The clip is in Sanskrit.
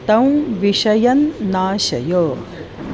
तं विषयं नाशय